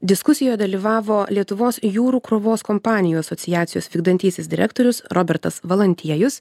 diskusijoje dalyvavo lietuvos jūrų krovos kompanijų asociacijos vykdantysis direktorius robertas valantiejus